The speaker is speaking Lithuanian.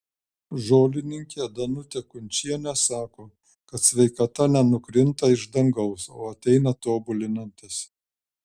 žolininkė danutė kunčienė sako kad sveikata nenukrinta iš dangaus o ateina tobulinantis